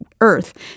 earth